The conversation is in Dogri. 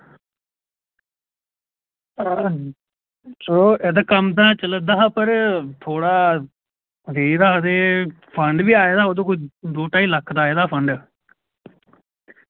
हां चलो एह्दा कम्म तां चला दा हा पर थोह्ड़ा रेही दा हा ते फंड बी आए दा हा ओह्दा कोई दो ढाई लक्ख दा आए दा हा फंड